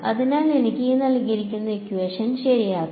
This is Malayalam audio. അതിനാൽ എനിക്ക് ശരിയാകാം